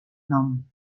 nom